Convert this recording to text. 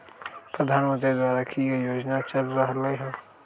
प्रधानमंत्री द्वारा की की योजना चल रहलई ह?